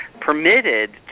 permitted